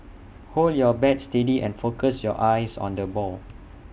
hold your bat steady and focus your eyes on the ball